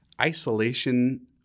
isolation